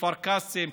כפר קאסם,